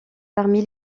parmi